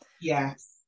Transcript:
Yes